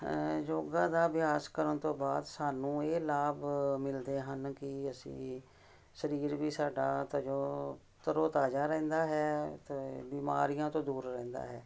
ਯੋਗਾ ਦਾ ਅਭਿਆਸ ਕਰਨ ਤੋਂ ਬਾਅਦ ਸਾਨੂੰ ਇਹ ਲਾਭ ਮਿਲਦੇ ਹਨ ਕਿ ਅਸੀਂ ਸਰੀਰ ਵੀ ਸਾਡਾ ਤਜੋ ਤਰੋ ਤਾਜ਼ਾ ਰਹਿੰਦਾ ਹੈ ਅਤੇ ਬਿਮਾਰੀਆਂ ਤੋਂ ਦੂਰ ਰਹਿੰਦਾ ਹੈ